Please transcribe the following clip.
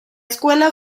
escuela